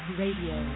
radio